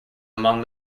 among